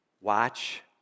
Watch